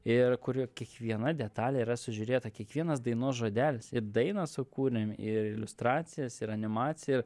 ir kuri kiekviena detalė yra sužiūrėta kiekvienas dainos žodelis ir dainą sukūrėm ir iliustracijas ir animaciją ir